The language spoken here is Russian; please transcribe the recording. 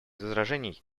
возражений